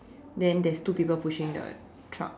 then there's two people pushing the truck